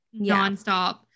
nonstop